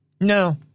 No